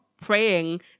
praying